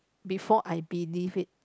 before I believe it